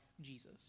Jesus